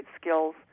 skills